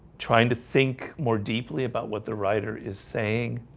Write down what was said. trying to think more deeply about what the writer is saying